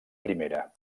primera